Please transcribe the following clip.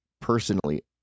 personally